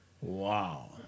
Wow